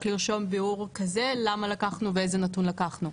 לרשום ביאור כזה למה לקחנו ואיזה נתון לקחנו?